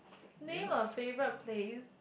name a favourite place